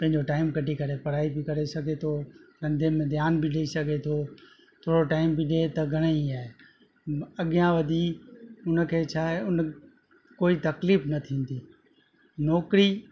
पंहिंजो टाइम कढी करे पढ़ाई बि करे सघे थो धंधे में ध्यान बि ॾेई सघे थो थोरो टाइम बि ॾिए त घणेई आहे अॻियां वधी हुनखे छा आहे हुन कोई तकलीफ़ न थींदी नौकिरी